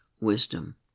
wisdom